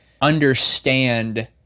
understand